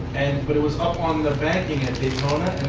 and but it was up on the banking at daytona.